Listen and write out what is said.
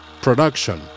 Production